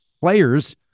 players